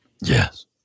Yes